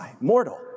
mortal